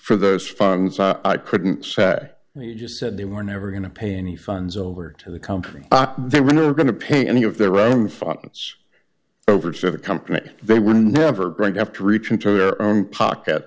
for those funds i couldn't say he just said they were never going to pay any funds over to the company they were never going to pay any of their own funds over to the company they were never going to have to reach into their own pocket